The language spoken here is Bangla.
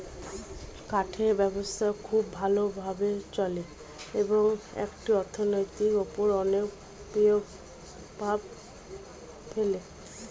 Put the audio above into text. কাঠের ব্যবসা খুবই ভালো ভাবে চলে এবং এটি অর্থনীতির উপর অনেক প্রভাব ফেলে